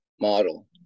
model